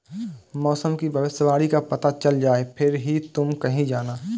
मौसम की भविष्यवाणी का पता चल जाए फिर ही तुम कहीं जाना